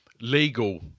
legal